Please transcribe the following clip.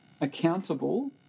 accountable